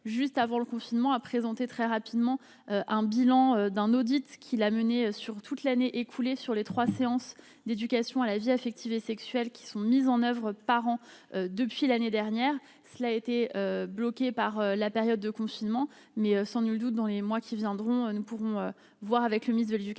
juste avant le confinement à présenter très rapidement un bilan d'un audit qui l'a mené sur toute l'année écoulée sur les 3 séances d'éducation à la vie affective et sexuelle qui sont mises en oeuvre par an depuis l'année dernière, cela a été bloqué par la période de confinement, mais sans nul doute dans les mois qui viendront nous pourrons voir avec le ministre de l'Éducation